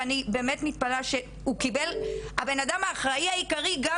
אני באמת מתפלאה שהאדם האחראי העיקרי גם